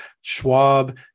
Schwab